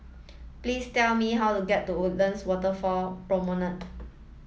please tell me how to get to Woodlands Waterfront Promenade